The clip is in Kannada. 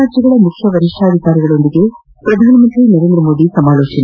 ರಾಜ್ಯಗಳ ಪೊಲೀಸ್ ವರಿಷಾಧಿಕಾರಿಗಳೊಂದಿಗೆ ಪ್ರಧಾನಮಂತ್ರಿ ನರೇಂದ ಮೋದಿ ಸಮಾಲೋಚನೆ